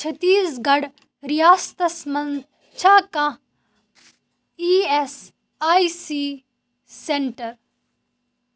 چھٔتیٖس گَڑھ رِیاستَس منٛز چھےٚ کانٛہہ E S I C centre